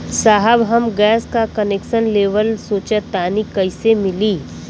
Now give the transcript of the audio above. साहब हम गैस का कनेक्सन लेवल सोंचतानी कइसे मिली?